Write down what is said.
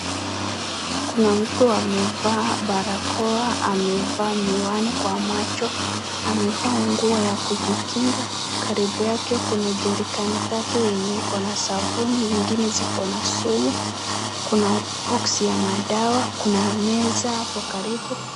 Kuna mtu amevaa barakoa amevaa miwani kwa macho, amevaa nguo ya kujikinga. Karibu yake kuna jerikani tatu yenye iko na sabuni ingine ziko na sumu. Kuna boksi ya madawa kuna meza hapo karibu.